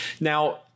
now